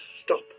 stop